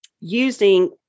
using